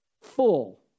full